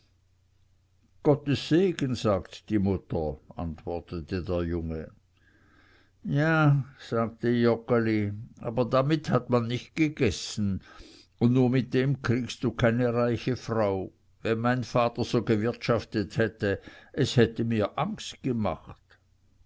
gottes segen sagt die mutter antwortete der junge ja sagte joggeli aber damit hat man nicht gegessen und nur mit dem kriegst du keine reiche frau wenn mein vater so gewirtschaftet hätte es hätte mir angst gemacht